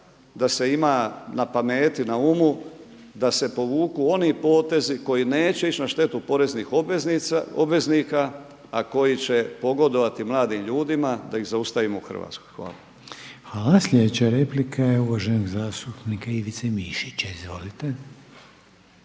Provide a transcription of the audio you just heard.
da se ima na pameti, na umu da se povuku oni potezi koji neće ići na štetu poreznih obveznika a koji će pogodovati mladim ljudima da ih zaustavimo u Hrvatskoj. Hvala. **Reiner, Željko (HDZ)** Hvala. Slijedeća replika je uvaženog zastupnika Ivice Mišića. Izvolite.